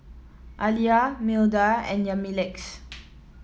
Aleah Milda and Yamilex